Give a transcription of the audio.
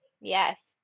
Yes